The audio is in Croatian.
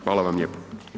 Hvala vam lijepo.